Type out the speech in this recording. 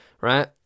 right